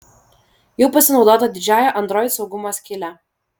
jau pasinaudota didžiąja android saugumo skyle